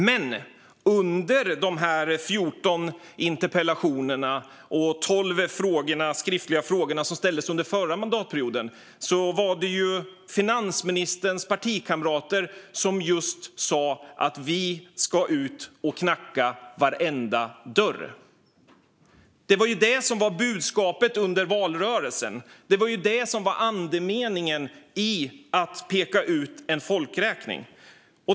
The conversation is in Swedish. Men när det gäller de 14 interpellationer och de 12 skriftliga frågor som ställdes under den förra mandatperioden var det finansministerns partikamrater som just sa: Vi ska ut och knacka på varenda dörr. Det var det som var budskapet under valrörelsen. Det var det som var andemeningen i att peka ut en folkräkning.